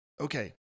Okay